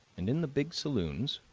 and in the big saloons,